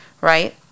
right